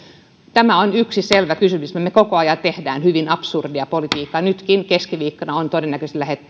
tämä on yksi selvä kysymys jossa me koko ajan teemme hyvin absurdia politiikkaa nytkin keskiviikkona todennäköisesti